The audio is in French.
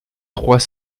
trois